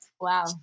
Wow